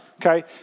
Okay